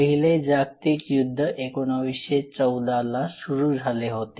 पहिले जागतिक युद्ध 1914 ला सुरू झाले होते